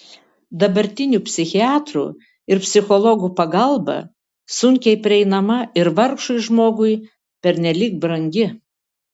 dabartinių psichiatrų ir psichologų pagalba sunkiai prieinama ir vargšui žmogui pernelyg brangi